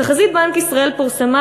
תחזית בנק ישראל פורסמה,